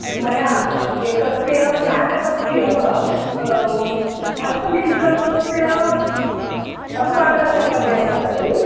मया एकस्य नाटकस्य हस्तलिखितस्य अनुवादः कर्तव्यः वर्तते